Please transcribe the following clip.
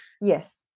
Yes